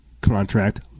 contract